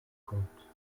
contes